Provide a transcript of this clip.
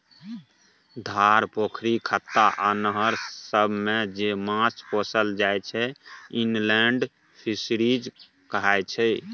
धार, पोखरि, खत्ता आ नहर सबमे जे माछ पोसल जाइ छै इनलेंड फीसरीज कहाय छै